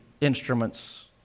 instruments